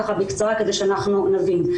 ככה בקצרה כדי שאנחנו נבין.